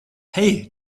hey